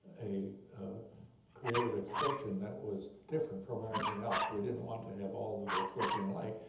a creative expression that was different from everything else. we didn't want to have all of the works looking alike,